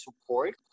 support